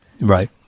Right